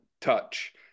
touch